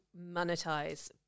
monetize